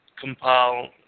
compile